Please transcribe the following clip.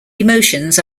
emotions